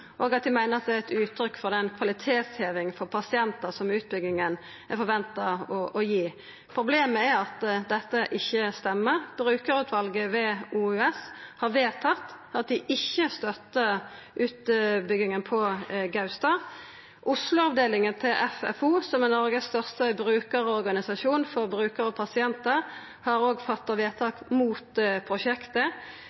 og at dei meiner det er eit uttrykk for den kvalitetshevinga for pasientar som utbygginga er forventa å gi. Problemet er at dette ikkje stemmer. Brukarutvalet ved OUS har vedtatt at dei ikkje støttar utbygginga på Gaustad. Oslo-avdelinga til FFO, som er Noregs største brukarorganisasjon for brukarar og pasientar, har òg gjort vedtak mot prosjektet. Vi veit at økonomien og